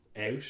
out